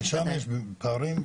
כי שם יש פערים.